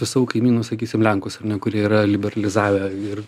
savo kaimynų sakysim lenkus ar ne kurie yra liberalizavę ir